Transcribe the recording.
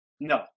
No